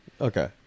Okay